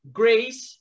grace